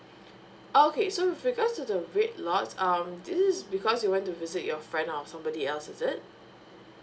okay so with regards to the red lot um this is because you went to visit your friend or somebody else is it